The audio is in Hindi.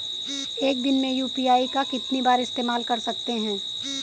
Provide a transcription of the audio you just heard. एक दिन में यू.पी.आई का कितनी बार इस्तेमाल कर सकते हैं?